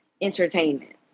entertainment